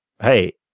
hey